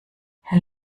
herr